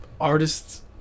artists